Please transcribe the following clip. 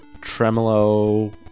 tremolo